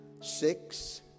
six